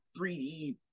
3D